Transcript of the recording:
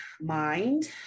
mind